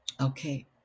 Okay